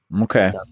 Okay